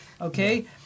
Okay